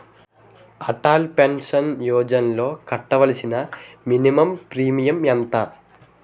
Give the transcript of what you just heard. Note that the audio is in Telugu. అటల్ పెన్షన్ యోజనలో కట్టవలసిన మినిమం ప్రీమియం ఎంత?